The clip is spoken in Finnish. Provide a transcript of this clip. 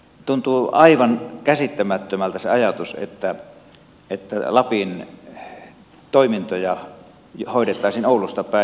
tuntuu aivan käsittämättömältä se ajatus että lapin toimintoja hoidettaisiin oulusta päin